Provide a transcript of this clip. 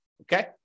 Okay